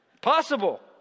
Possible